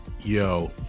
Yo